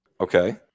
Okay